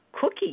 cookie